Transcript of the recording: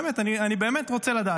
באמת, אני באמת רוצה לדעת.